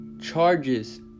charges